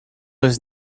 was